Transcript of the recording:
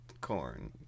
corn